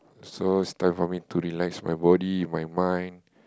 so it's time for me to relax my body my mind